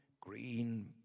green